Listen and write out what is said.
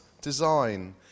design